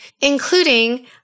including